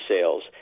sales